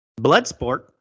Bloodsport